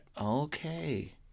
Okay